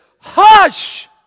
Hush